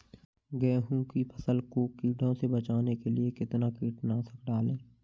गेहूँ की फसल को कीड़ों से बचाने के लिए कितना कीटनाशक डालें?